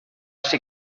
ser